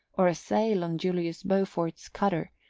or a sail on julius beaufort's cutter,